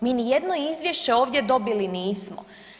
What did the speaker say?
Mi ni jedno izvješće ovdje dobili nismo.